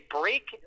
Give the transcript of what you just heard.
break